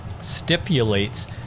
stipulates